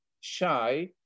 shy